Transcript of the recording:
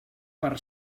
per